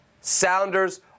Sounders